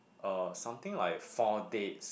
uh something like four dates